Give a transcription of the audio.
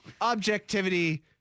objectivity